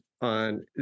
on